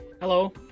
Hello